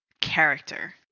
character